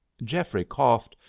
geoffrey coughed,